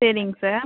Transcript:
சரிங்க சார்